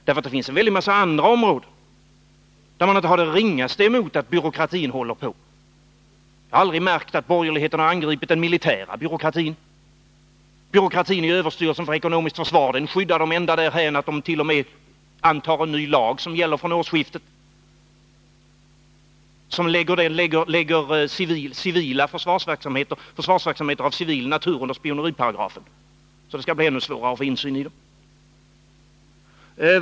På en stor mängd andra områden har man ju inte det ringaste emot byråkratin. Jag har aldrig märkt att borgerligheten har angripit t.ex. den militära byråkratin. Byråkratin inom överstyrelsen för ekonomiskt försvar skyddar man ända därhän att man t.o.m. antar en ny lag som gäller fr.o.m. årsskiftet. Därmed lyder försvarsverksamheter av civil natur under spioneriparagrafen. Det skall alltså bli ännu svårare att få insyn i dessa verksamheter.